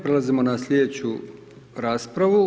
Prelazimo na sljedeću raspravu.